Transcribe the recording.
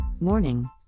morning